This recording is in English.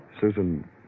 Susan